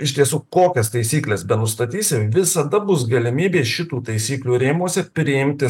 iš tiesų kokias taisykles benustatysim visada bus galimybė šitų taisyklių rėmuose priimti